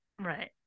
right